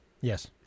Yes